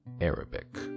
Arabic